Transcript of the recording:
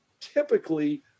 typically